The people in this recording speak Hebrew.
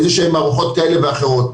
איזה שהן ארוחות כאלה ואחרות.